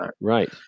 right